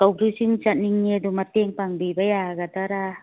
ꯀꯧꯕ꯭ꯔꯨ ꯆꯤꯡ ꯆꯠꯅꯤꯡꯉꯦ ꯑꯗꯨ ꯃꯇꯦꯡ ꯄꯥꯡꯕꯤꯕ ꯌꯥꯒꯗ꯭ꯔ